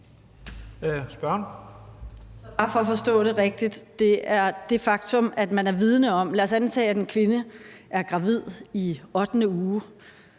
Vermund (NB): Bare for at forstå det rigtigt: Er det det faktum, at man er vidende om det? Hvis en kvinde er gravid i 8. uge